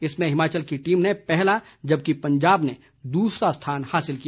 इसमें हिमाचल की टीम ने पहला जबकि पंजाब ने दूसरा स्थान हासिल किया